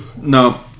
no